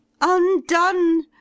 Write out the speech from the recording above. Undone